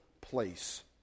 place